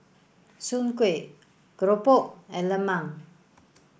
Soon Kuih Keropok and Lemang